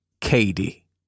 Katie